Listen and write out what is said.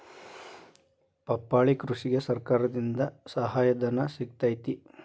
ಪಪ್ಪಾಳಿ ಕೃಷಿಗೆ ಸರ್ಕಾರದಿಂದ ಸಹಾಯಧನ ಸಿಗತೈತಿ